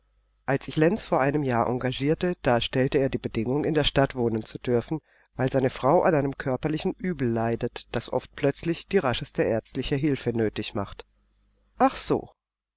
als ich lenz vor einem jahre engagierte da stellte er die bedingung in der stadt wohnen zu dürfen weil seine frau an einem körperlichen uebel leidet das oft plötzlich die rascheste ärztliche hilfe nötig macht ach so